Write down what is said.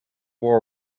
war